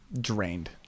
drained